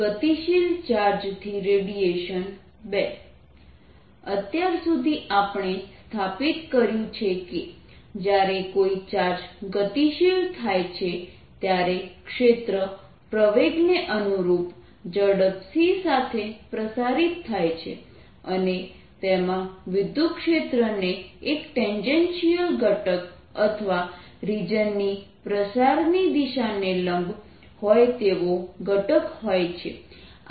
ગતિશીલ ચાર્જથી radiation - II અત્યાર સુધી આપણે સ્થાપિત કર્યું છે કે જ્યારે કોઈ ચાર્જ ગતિશીલ થાય છે ત્યારે ક્ષેત્ર પ્રવેગ ને અનુરૂપ ઝડપ c સાથે પ્રસારીત થાય છે અને તેમાં વિદ્યુતક્ષેત્ર ને એક ટેન્જેન્શિયલ ઘટક અથવા રીજન ની પ્રસારની દિશાને લંબ હોય તેવો ઘટક હોય છે